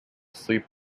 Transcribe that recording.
sleep